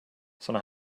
såna